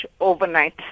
overnight